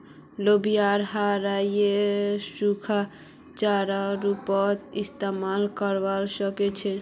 लोबियाक हरा या सूखा चारार रूपत इस्तमाल करवा सके छे